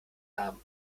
namen